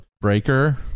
breaker